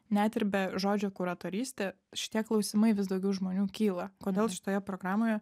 net ir be žodžio kuratorystė šitie klausimai vis daugiau žmonių kyla kodėl šitoje programoje